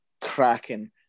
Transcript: cracking